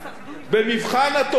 במבחן התוצאה,